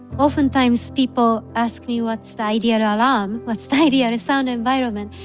often times people ask me what's the ideal but alarm, what's the ideal and sound environment,